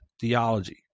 theology